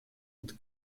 und